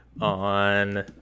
on